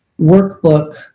workbook